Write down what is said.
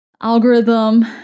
algorithm